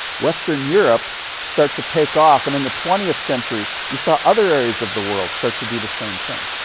western europe start to take off. and in the twentieth century you saw other areas of the world start to do the same thing.